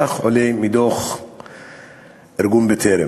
כך עולה מדוח ארגון "בטרם".